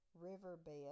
riverbed